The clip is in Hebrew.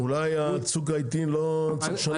אולי צוק העיתים, צריך לשנות ממנו משהו?